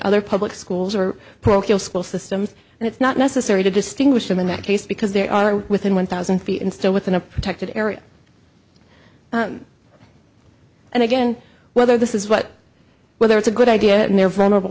other public schools or procul school systems and it's not necessary to distinguish them in that case because they are within one thousand feet and still within a protected area and again whether this is what whether it's a good idea in their vulnerable